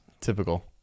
Typical